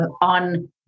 on